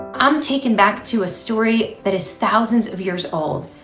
i'm taken back to a story that is thousands of years old.